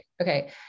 Okay